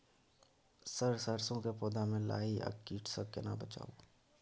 Sir सरसो के पौधा में लाही आ कीट स केना बचाऊ?